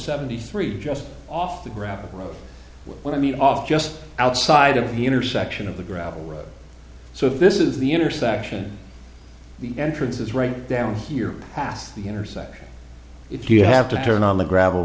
seventy three just off the gravel road when i meet off just outside of the intersection of the gravel road so this is the intersection the entrance is right down here pass the intersection if you have to turn on the gravel